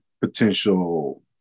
potential